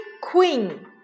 Queen